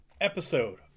episode